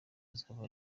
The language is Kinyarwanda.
azaba